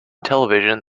television